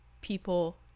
people